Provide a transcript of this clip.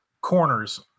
corners